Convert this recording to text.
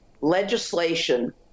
legislation